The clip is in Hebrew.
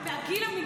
היא יכולה, יש לה עוד